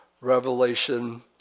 Revelation